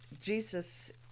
Jesus